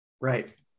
Right